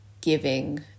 giving